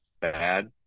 bad